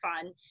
fun